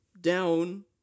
down